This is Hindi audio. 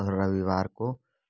रविवार को